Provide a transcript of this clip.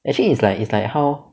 actually it's like it's like how